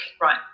right